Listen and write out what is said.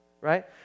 right